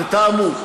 תתאמו,